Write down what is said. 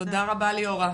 רבה ליאורה,